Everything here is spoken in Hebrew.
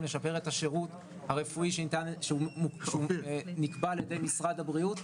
לשפר את השירות הרפואי שניתן שהוא נקבע על ידי משרד הבריאות.